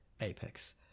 apex